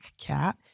cat